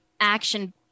action